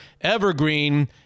evergreen